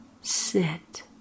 Sit